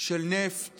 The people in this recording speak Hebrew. של נפט